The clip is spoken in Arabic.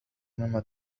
مما